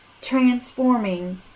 transforming